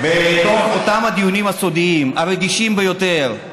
ואותם הדיונים הסודיים הרגישים ביותר,